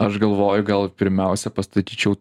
aš galvoju gal pirmiausia pastatyčiau